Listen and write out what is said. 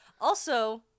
Also-